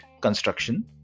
construction